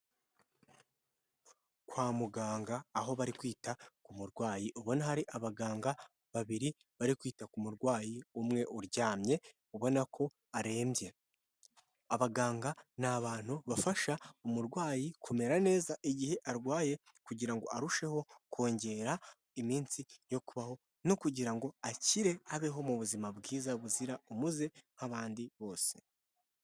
Kwa muganga aho bari kwita ku murwayi ubona hari abaganga babiri bari kwita ku murwayi umwe uryamye ubona ko arembye, abaganga ni abantu bafasha umurwayi kumera neza igihe arwaye kugira ngo arusheho kongera iminsi yo kubaho no kugira ngo akire abeho mu buzima bwiza buzira umuze nk'abandi bose.